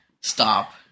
Stop